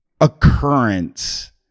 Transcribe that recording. occurrence